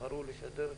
יבחרו לשדר באינטרנט?